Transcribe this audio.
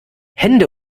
hände